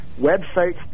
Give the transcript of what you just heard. websites